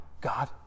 God